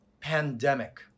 pandemic